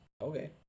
Okay